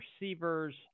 receivers